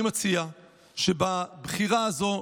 אני מציע שבבחירה הזאת,